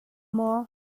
maw